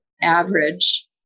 average